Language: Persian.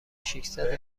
ششصد